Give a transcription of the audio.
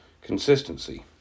Consistency